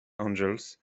angels